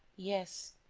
yes,